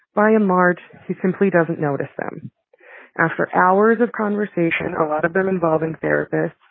by and large, she simply doesn't notice them after hours of conversation, a lot of them involving therapists.